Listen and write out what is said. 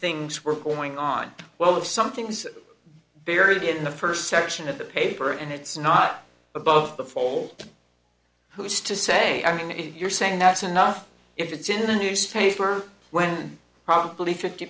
things were going on well that something's buried in the first section of the paper and it's not above the fold who's to say i mean if you're saying that's enough if it's in the newspaper when probably fifty